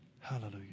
hallelujah